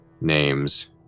names